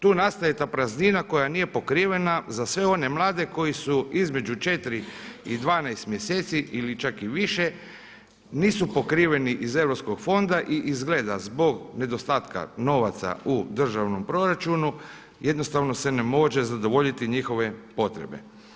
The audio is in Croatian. Tu nastaje ta praznina koja nije pokrivena za sve one mlade koji su između 4 i 12 mjeseci ili čak i više, nisu pokriveni iz EU fonda i izgleda zbog nedostatka novaca u državnom proračunu jednostavno se ne može zadovoljiti njihove potrebe.